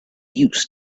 used